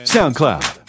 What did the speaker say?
SoundCloud